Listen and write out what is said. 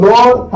Lord